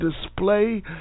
display